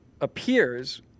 appears